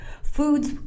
Foods